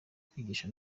kwigisha